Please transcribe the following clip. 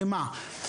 במה?